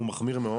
והוא מחמיר מאוד.